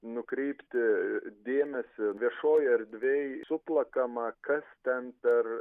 nukreipti dėmesį viešojoj erdvėj suplakama kas ten per